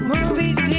Movies